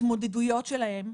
ההתמודדויות שלהן,